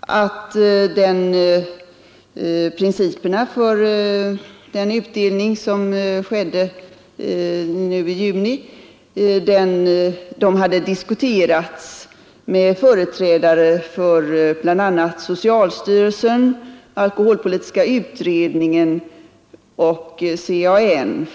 att principerna för den utdelning som skedde i juni hade diskuterats med företrädare för bl.a. socialstyrelsen, alkoholpolitiska utredningen och CAN.